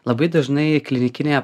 labai dažnai klinikinėje